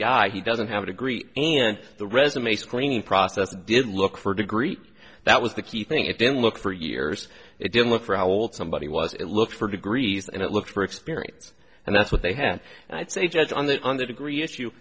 guy he doesn't have a degree and the resume screening process did look for a degree that was the key thing it didn't look for years it didn't work for how old somebody was it looks for degrees and it looks for experience and that's what they have and it's a judge on that under degree i